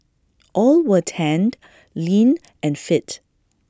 all were tanned lean and fit